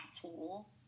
tool